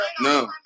No